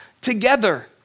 together